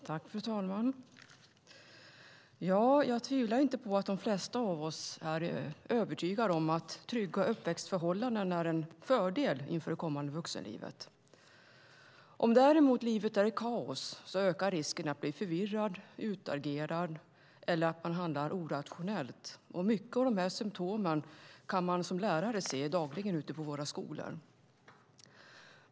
Fru talman! Jag tvivlar inte på att de flesta av oss är övertygade om att trygga uppväxtförhållanden är en fördel inför det kommande vuxenlivet. Om livet däremot är i kaos ökar risken att man blir förvirrad, utagerar eller handlar irrationellt. Mycket av dessa symtom kan man som lärare se dagligen ute på våra skolor.